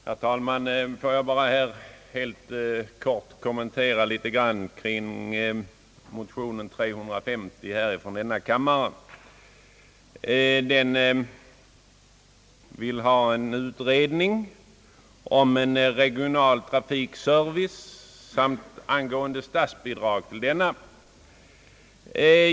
Herr talman! Jag vill helt kort kommentera motionen nr 350 i denna kammare. I motionen begärs utredning om en regional trafikservice samt om statsbidrag för denna.